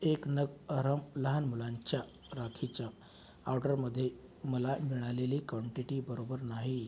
एक नग अरहम लहान मुलांच्या राखीच्या ऑर्डरमध्ये मला मिळालेली क्वांटिटी बरोबर नाही